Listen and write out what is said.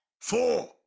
four